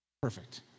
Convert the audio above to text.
Perfect